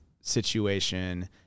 situation